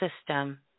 system